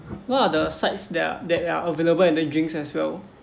what are the sides that are that are available and the drinks as well